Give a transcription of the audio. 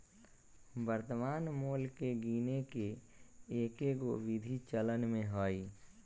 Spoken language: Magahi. वर्तमान मोल के गीने के कएगो विधि चलन में हइ